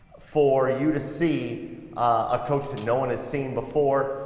for you to see a coach that no one has seen before,